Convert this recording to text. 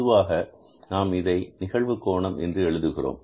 பொதுவாக நாம் இதை நிகழ்வு கோணம் என்று எழுதுகிறோம்